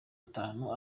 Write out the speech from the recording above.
atanu